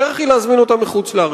הדרך היא להזמין אותם מחוץ-לארץ.